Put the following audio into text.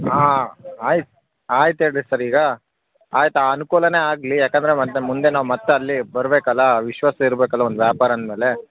ಆಂ ಆಯ್ತು ಆಯ್ತು ಹೇಳಿರಿ ಸರ್ ಈಗ ಆಯ್ತು ಅನುಕೂಲನೇ ಆಗಲಿ ಏಕಂದ್ರೆ ಮತ್ತೆ ಮುಂದೆ ನಾವು ಮತ್ತೆ ಅಲ್ಲಿ ಬರ್ಬೇಕಲ್ವ ವಿಶ್ವಾಸ ಇರ್ಬೇಕಲ್ವ ಒಂದು ವ್ಯಾಪಾರ ಅಂದ ಮೇಲೆ